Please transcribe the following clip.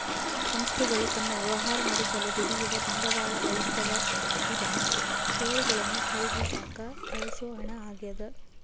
ಸಂಸ್ಥೆಗಳು ತಮ್ಮ ವ್ಯವಹಾರ ನಡೆಸಲು ದುಡಿಯುವ ಬಂಡವಾಳ ಬಳಸ್ತವ ಉದಾ ಷೇರುಗಳನ್ನು ಖರೀದಿಸಾಕ ಬಳಸೋ ಹಣ ಆಗ್ಯದ